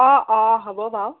অ অ হ'ব বাৰু